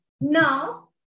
Now